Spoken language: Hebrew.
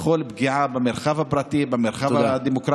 של קבוצת סיעת הרשימה המשותפת לסעיף 21 לא נתקבלה.